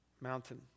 mountain